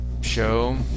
show